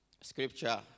scripture